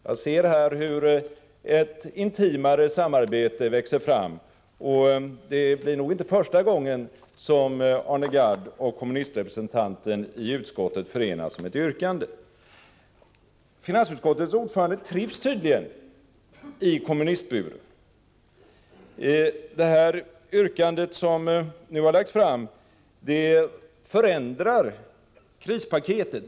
Jag ser här hur ett intimare samarbete växer fram. Det är nog inte sista gången som Arne Gadd och kommunistrepresentanten i utskottet enas om ett yrkande. Finansutskottets ordförande trivs tydligen i kommunistburen. Det yrkande som nu har lagts fram förändrar krispaketet.